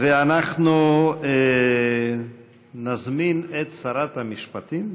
ואנחנו נזמין את שרת המשפטים,